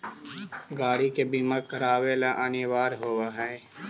गाड़ि के बीमा करावे ला अनिवार्य होवऽ हई